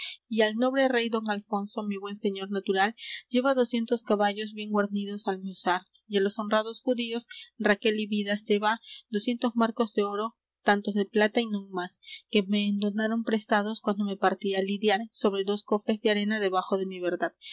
y al nobre rey don alfonso mi buen señor natural llevá doscientos caballos bien guarnidos al mi usar y á los honrados judíos raquel y vidas llevá doscientos marcos de oro tantos de plata y non más que me endonaron prestados cuando me partí á lidiar sobre dos cofres de arena debajo de mi verdad